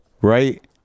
right